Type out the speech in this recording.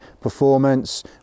performance